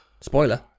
Spoiler